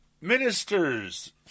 Ministers